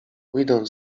weedon